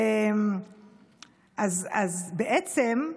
אז בעצם,